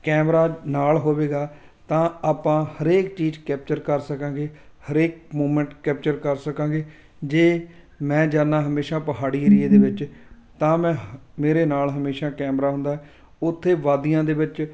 camera ਨਾਲ ਹੋਵੇਗਾ ਤਾਂ ਆਪਾਂ ਹਰੇਕ ਚੀਜ਼ ਕੈਪਚਰ ਕਰ ਸਕਾਂਗੇ ਹਰੇਕ ਮੂਵਮੈਂਟ ਕੈਪਚਰ ਕਰ ਸਕਾਂਗੇ ਜੇ ਮੈਂ ਜਾਂਦਾ ਹਮੇਸ਼ਾ ਪਹਾੜੀ ਏਰੀਏ ਦੇ ਵਿੱਚ ਤਾਂ ਮੈਂ ਹ ਮੇਰੇ ਨਾਲ ਹਮੇਸ਼ਾ ਕੈਮਰਾ ਹੁੰਦਾ ਉੱਥੇ ਵਾਦੀਆਂ ਦੇ ਵਿੱਚ